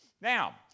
Now